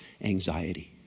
anxiety